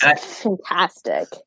fantastic